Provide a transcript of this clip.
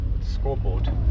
scoreboard